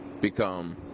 become